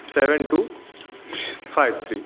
seven two five three